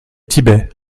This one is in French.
tibet